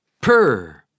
Purr